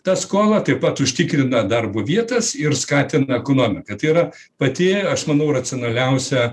tą skolą taip pat užtikrina darbo vietas ir ir skatina ekonomiką tai yra pati aš manau racionaliausia